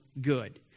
good